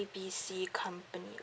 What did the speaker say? B C company